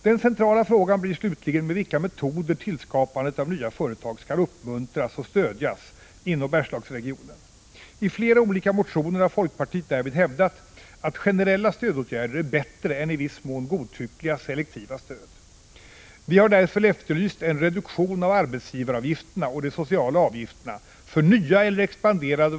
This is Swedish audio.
Den centrala frågan blir slutligen med vilka metoder skapandet av nya företag skall uppmuntras och stödjas inom Bergslagsregionen. I flera olika motioner har folkpartiet därvid hävdat att generella stödåtgärder är bättre än i viss mån godtyckliga selektiva stöd. Vi har därför efterlyst en reduktion av arbetsgivaravgifterna och de sociala avgifterna för nya eller expanderande Prot.